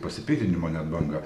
pasipiktinimo net banga